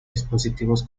dispositivos